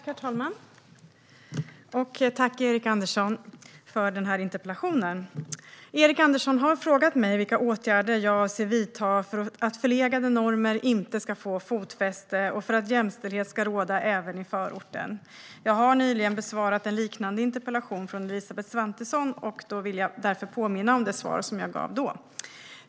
Herr talman! Jag tackar Erik Andersson för interpellationen. Erik Andersson har frågat mig vilka åtgärder jag avser att vidta för att förlegade normer inte ska få fotfäste och för att jämställdhet ska råda även i förorten. Jag har nyligen besvarat en liknande interpellation från Elisabeth Svantesson och vill därför påminna om det svar som jag gav då.